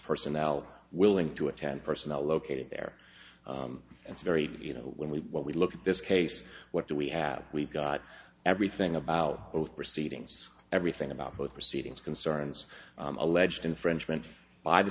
personnel willing to attend personnel located there and very you know when we when we look at this case what do we have we've got everything about both proceedings everything about both proceedings concerns alleged infringement by the